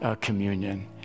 communion